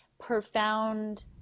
profound